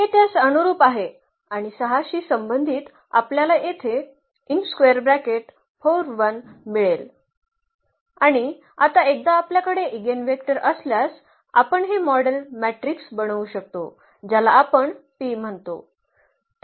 तर हे त्यास अनुरुप आहे आणि 6 शी संबंधित आपल्याला येथे मिळेल आणि आता एकदा आपल्याकडे एगेनवेक्टर असल्यास आपण हे मॉडेल मॅट्रिक्स बनवू शकतो ज्याला आपण P म्हणतो